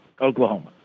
Oklahoma